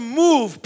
move